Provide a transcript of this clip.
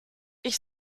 ich